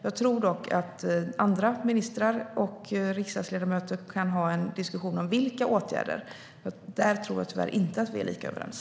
Jag tror dock att andra ministrar och riksdagsledamöter kan ha en diskussion om vilka åtgärder. Där tror jag tyvärr inte att vi är lika överens.